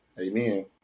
Amen